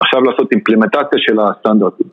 עכשיו לעשות אימפלימטציה של הסטנדרטים